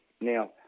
Now